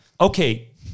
Okay